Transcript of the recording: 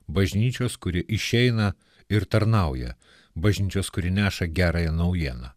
bažnyčios kuri išeina ir tarnauja bažnyčios kuri neša gerąją naujieną